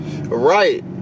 Right